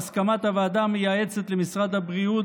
בהסכמת הוועדה המייעצת למשרד הבריאות